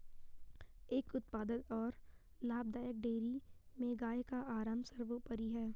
एक उत्पादक और लाभदायक डेयरी में गाय का आराम सर्वोपरि है